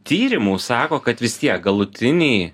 tyrimų sako kad vis tiek galutiniai